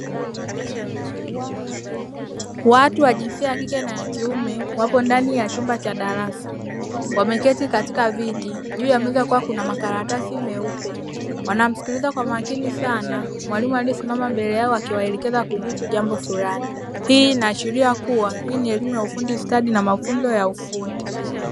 Watu wa jinsia ya kike na kiume wapo ndani ya chumba cha darasa, wameketi katika viti, juu ya meza kukiwa kua makaratasi meupe. Wanamsikiliza kwa makini sana mwalimu aliyesimama mbele yao akiwaelekeza kuhusu jambo flani. Hii inaashiria kuwa ni elimu ya ufundi stadi na mafunzo ya ufundi.